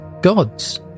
gods